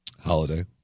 holiday